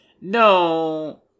No